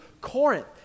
Corinth